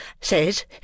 says